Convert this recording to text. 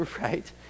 right